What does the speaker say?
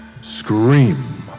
Scream